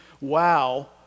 wow